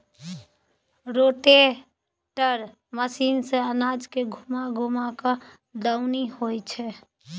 rotator मशीन सँ अनाज के घूमा घूमा कय दऊनी होइ छै